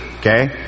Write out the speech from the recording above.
Okay